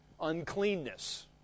uncleanness